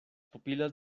pupilas